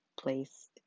place